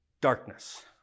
darkness